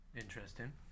interesting